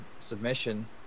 submission